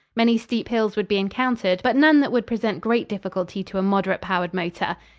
many steep hills would be encountered, but none that would present great difficulty to a moderate-powered motor.